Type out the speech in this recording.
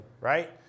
right